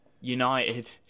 United